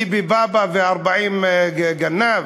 ביבי בבא ו-40 גנבים?